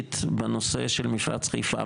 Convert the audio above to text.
הממשלתית בנושא של מפרץ חיפה,